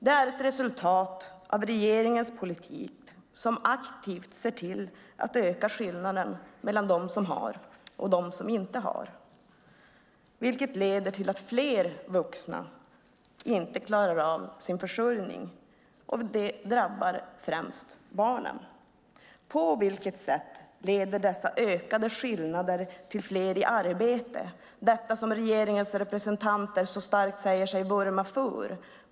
Det är ett resultat av regeringens politik - en politik som aktivt ser till att öka skillnaden mellan dem som har och dem som inte har. Det leder till att fler vuxna inte klarar av sin försörjning, vilket främst drabbar barnen. På vilket sätt leder de ökade skillnaderna till fler i arbete - något som regeringens representanter så starkt säger sig vurma för?